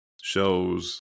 shows